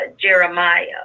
Jeremiah